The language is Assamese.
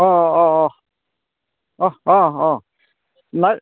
অঁ অঁ অঁ অঁ অঁ অঁ নাই